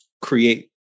create